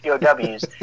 POWs